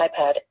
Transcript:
iPad